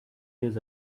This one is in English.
days